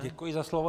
Děkuji za slovo.